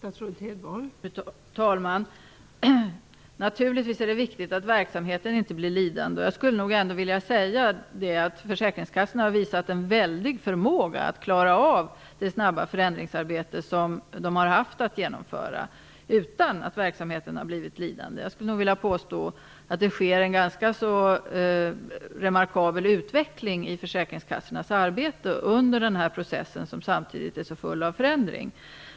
Fru talman! Naturligtvis är det viktigt att verksamheten inte blir lidande. Jag vill ändå säga att försäkringskassorna har visat en väldig förmåga att klara av det snabba förändringsarbete som de har haft att genomföra utan att verksamheten blir lidande. Jag skulle vilja påstå att det sker en ganska remarkabel utveckling i försäkringskassornas arbete under denna process, som är så full av förändring.